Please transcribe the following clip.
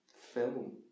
film